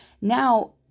Now